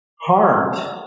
harmed